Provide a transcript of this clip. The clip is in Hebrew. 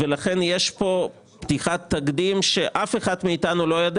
לכן יש כאן פתיחת תקדים שאף אחד מאיתנו לא יודע